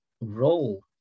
role